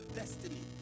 destiny